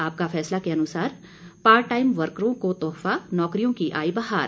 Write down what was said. आपका फैसला के अनुसार पार्ट टाइम वर्करों को तोहफा नौकरियों की आई बहार